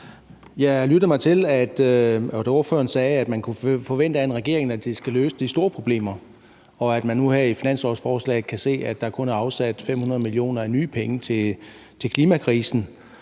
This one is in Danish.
Jeg lyttede mig til, at ordføreren sagde, at man kunne forvente af en regering, at de skal løse de store problemer, og at man nu her i finanslovsforslaget kan se, at der kun er afsat 500 mio. kr. nye penge til klimakrisen.